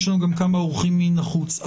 יש לנו גם כמה אורחים מן החוץ.